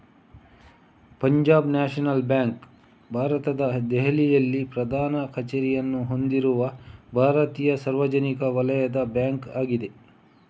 Punjab national bank ಭಾರತದ ದೆಹಲಿಯಲ್ಲಿ ಪ್ರಧಾನ ಕಚೇರಿಯನ್ನು ಹೊಂದಿರುವ ಭಾರತೀಯ ಸಾರ್ವಜನಿಕ ವಲಯದ ಬ್ಯಾಂಕ್ ಆಗಿದೆ